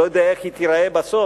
אני לא יודע איך היא תיראה בסוף,